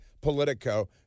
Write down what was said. politico